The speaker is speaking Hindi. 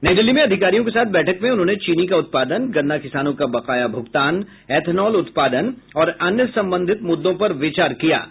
नई दिल्ली में अधिकारियों के साथ बैठक में उन्होंने चीनी का उत्पादन गन्ना किसानों का बकाया भूगतान एथनॉल उत्पादन और अन्य संबंधित मृद्दों पर विचार किया गया